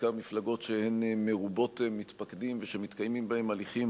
בעיקר מפלגות שהן מרובות מתפקדים ושמתקיימים בהן הליכים